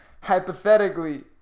Hypothetically